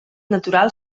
natural